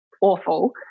awful